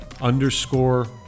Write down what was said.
underscore